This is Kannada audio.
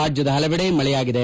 ರಾಜ್ಯದ ಪಲವೆಡೆ ಮಳೆಯಾಗಿದೆ